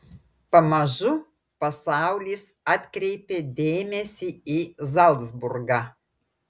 pamažu pasaulis atkreipė dėmesį į zalcburgą